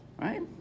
Right